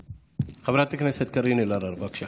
חברת הכנסת קארין אלהרר, בבקשה.